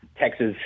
Texas